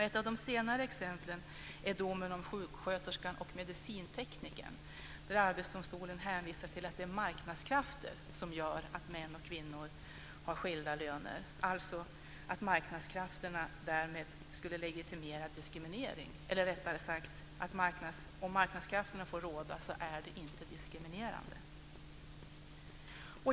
Ett av de senare exemplen är domen om sjuksköterskan och medicinteknikern, där Arbetsdomstolen hänvisar till att det är marknadskrafter som gör att män och kvinnor har skilda löner, alltså att om marknadskrafterna får råda så är det inte diskriminerande.